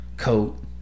coat